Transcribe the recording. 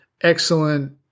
Excellent